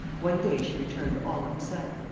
one day she returned all upset.